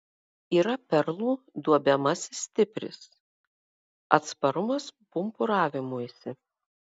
yra perlų duobiamasis stipris atsparumas pumpuravimuisi